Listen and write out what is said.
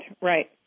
Right